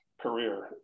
career